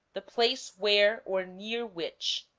the place where or near which